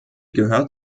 gehört